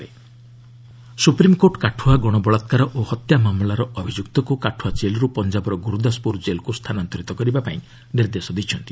SC Kathua supreme court Kathua ଗଣବଳାକାର ଓ ହତ୍ୟା ମାମଲାର ଅଭିଯୁକ୍ତକୁ କାଠୁଆ ଜେଲ୍ରୁ ପଞ୍ଜାବର ଗୁରୁଦାସପୁର ଜେଲ୍କୁ ସ୍ଥାନାନ୍ତରିତ କରିବା ପାଇଁ ନିର୍ଦ୍ଦେଶ ଦେଇଛନ୍ତି